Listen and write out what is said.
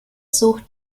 sucht